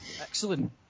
Excellent